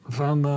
van